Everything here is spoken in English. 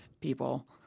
people